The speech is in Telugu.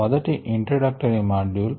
మొదటది ఇంట్రడక్టరీ మాడ్యూల్